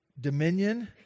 dominion